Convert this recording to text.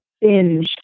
binge